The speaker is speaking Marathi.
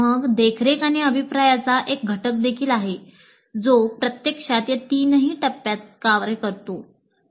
मग देखरेख एक घटक देखील आहे जो प्रत्यक्षात या तीनही टप्प्यांत कार्य करतो